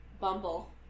Bumble